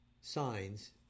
signs